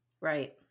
right